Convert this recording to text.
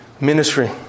ministry